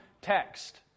text